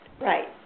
Right